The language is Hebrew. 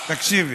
תקשיבי,